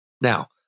Now